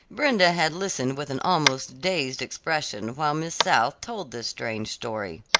brenda had listened with an almost dazed expression while miss south told this strange story.